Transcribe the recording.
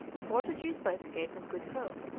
the portuguese by the cape of good hope.